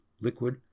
liquid